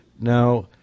Now